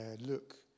look